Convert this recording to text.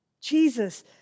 Jesus